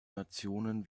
nationen